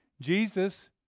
Jesus